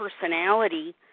personality